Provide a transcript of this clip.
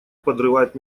подрывает